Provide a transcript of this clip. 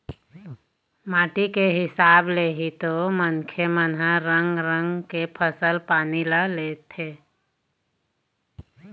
माटी के हिसाब ले ही तो मनखे मन ह रंग रंग के फसल पानी ल लेथे